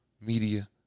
media